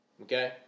okay